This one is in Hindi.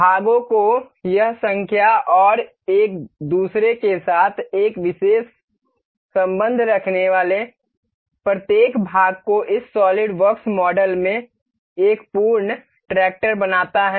भागों की यह संख्या और एक दूसरे के साथ एक विशेष संबंध रखने वाले प्रत्येक भाग को इस सॉलिडवर्क्स मॉडल में एक पूर्ण ट्रैक्टर बनाता है